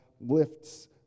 lifts